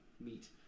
meet